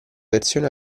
versione